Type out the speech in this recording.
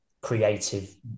creative